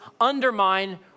undermine